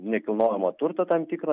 nekilnojamo turto tam tikro